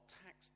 tax